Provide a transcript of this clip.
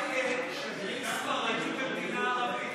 ומה יהיה עם שגריר ספרדי במדינה ערבית,